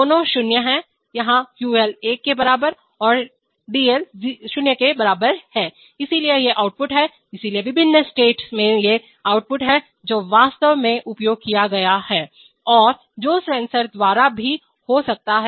दोनों 0 हैं यहाँ UL 1 के बराबर और DL 0 के बराबर हैं इसलिए ये आउटपुट हैं इसलिए विभिन्न स्टेट में ये आउटपुट हैं जो वास्तव में उपयोग किया गया हैं औरजो सेंसर द्वारा भी हो सकता है